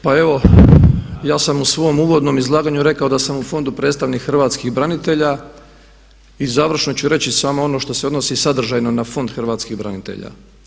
Pa evo ja sam u svom uvodnom izlaganju rekao da sam u fondu predstavnik Hrvatskih branitelja i završno ću reći samo ono što se odnosi sadržajno na Fond Hrvatskih branitelja.